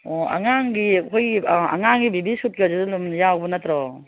ꯑꯣ ꯑꯉꯥꯡꯒꯤ ꯑꯩꯈꯣꯏꯒꯤ ꯑꯉꯥꯡꯒꯤ ꯕꯦꯕꯤ ꯁꯨꯠꯀꯗꯨꯁꯨ ꯑꯗꯨꯝ ꯌꯥꯎꯕ ꯅꯠꯇ꯭ꯔꯣ